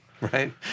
Right